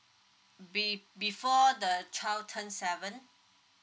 be before the child turn seven